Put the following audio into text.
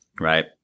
right